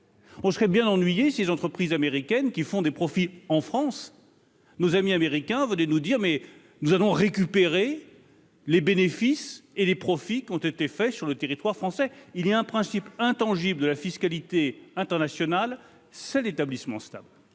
on serait bien ennuyés ces entreprises américaines qui font des profits, en France, nos amis américains venait nous dire : mais nous avons récupéré les bénéfices et les profits qui ont été faits sur le territoire français, il y a un principe intangible de la fiscalité internationale c'est établissement stable,